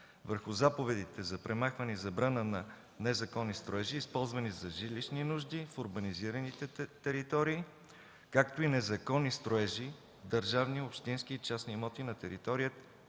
върху заповедите за премахване и забрана на незаконни строежи, използвани за жилищни нужди в урбанизираните територии, както и незаконни строежи в държавни, общински и частни имоти на териториите